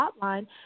Hotline